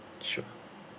sure